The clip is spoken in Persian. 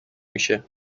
میشه